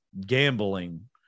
gambling